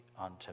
unto